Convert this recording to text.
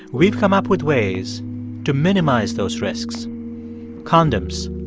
we've come up with ways to minimize those risks condoms,